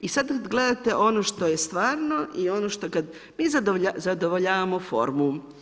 I sad kad gledate ono što je stvarno i ono što kad, mi zadovoljavamo formu.